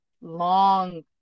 long